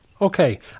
Okay